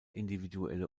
individuelle